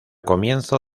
comienzo